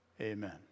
Amen